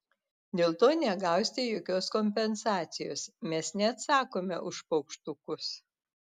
dėl to negausite jokios kompensacijos mes neatsakome už paukštukus